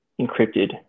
encrypted